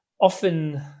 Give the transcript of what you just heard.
often